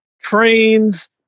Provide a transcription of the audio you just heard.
trains